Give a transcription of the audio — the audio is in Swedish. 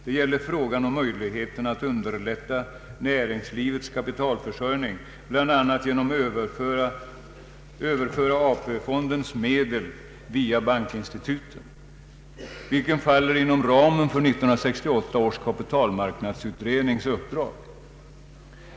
Det gäller frågan om möjligheterna att underlätta näringslivets kapitalförsörjning, bl.a. genom att överföra AP-fondens medel via bankinstituten, vilken faller inom ramen för 1968 års kapitalmarknadsutrednings uppdrag.